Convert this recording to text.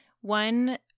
one